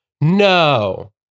No